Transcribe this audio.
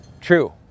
True